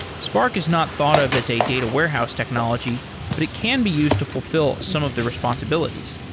spark is not thought of as a data warehouse technology but it can be used to fulfill some of the responsibilities.